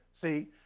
See